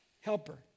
helper